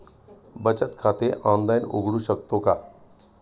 बचत खाते ऑनलाइन उघडू शकतो का?